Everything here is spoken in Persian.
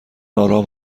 آرام